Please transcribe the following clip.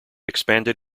expanded